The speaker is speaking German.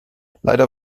leider